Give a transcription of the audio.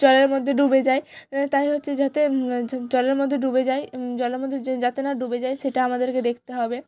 জলের মধ্যে ডুবে যাই তাই হচ্ছে যাতে জলের মধ্যে ডুবে যাই জলের মধ্যে যাতে না ডুবে যাই সেটা আমাদেরকে দেখতে হবে